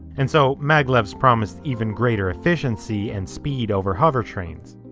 and so maglevs promised even greater efficiency and speed over hovertrains.